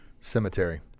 Cemetery